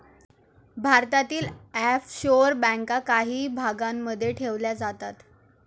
भारतातील ऑफशोअर बँका काही भागांमध्ये ठेवल्या जातात